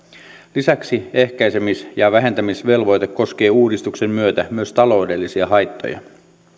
lisäksi ehkäisemis ja vähentämisvelvoite koskee uudistuksen myötä myös taloudellisia haittoja